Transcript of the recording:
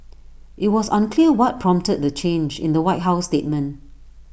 IT was unclear what prompted the change in the white house statement